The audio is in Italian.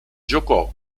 giocò